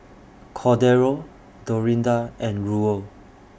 Cordero Dorinda and Ruel